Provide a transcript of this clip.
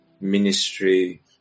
ministry